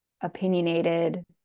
opinionated